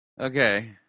Okay